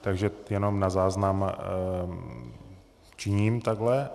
Takže jenom na záznam činím takhle.